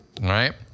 right